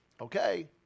Okay